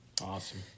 awesome